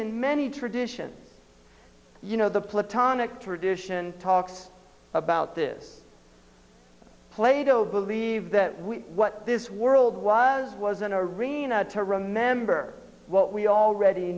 in many traditions you know the platonic tradition talks about this plato believe that we what this world was was an arena to remember what we already